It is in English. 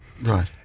Right